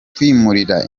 kwimurira